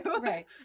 Right